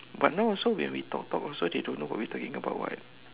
but now also when we talk talk also they don't know what we talking about [what]